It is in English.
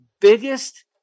biggest